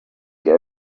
get